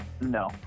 No